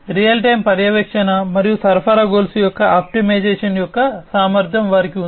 real time పర్యవేక్షణ మరియు సరఫరా గొలుసు యొక్క ఆప్టిమైజేషన్ యొక్క సామర్ధ్యం వారికి ఉంది